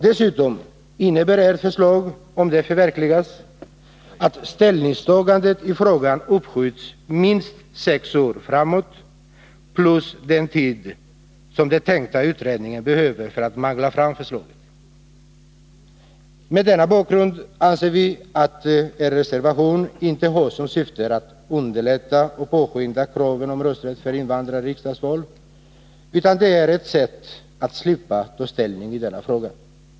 Dessutom innebär ert förslag, om det förverkligas, att ställningstagandet i frågan uppskjuts minst sex år plus den tid som den tänkta utredningen behöver för att mangla fram förslaget. Mot denna bakgrund anser vi att er reservation inte har som syfte att underlätta och påskynda uppfyllandet av kravet på rösträtt för invandrare i riksdagsval utan det är ett sätt att slippa ta ställning i denna fråga.